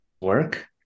work